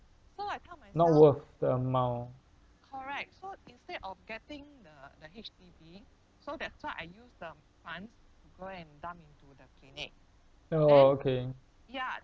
not worth the amount oh okay